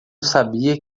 sabia